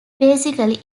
basically